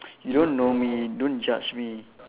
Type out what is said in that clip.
you don't know me don't judge me